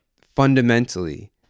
fundamentally